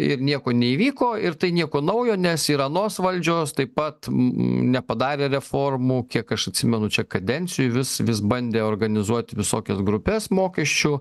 ir nieko neįvyko ir tai nieko naujo nes ir anos valdžios taip pat nepadarė reformų kiek aš atsimenu čia kadencijų vis vis bandė organizuoti visokias grupes mokesčių